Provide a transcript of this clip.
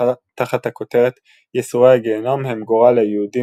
תחת הכותרת "ייסורי הגיהנום הם גורל היהודים